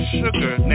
sugar